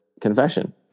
confession